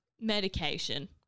medication